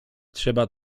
trzeba